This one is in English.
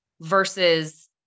versus